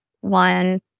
one